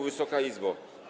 Wysoka Izbo!